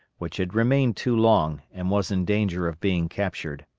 which had remained too long, and was in danger of being captured.